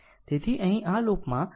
તેથી અહીં આ લૂપમાં KVL લગાવો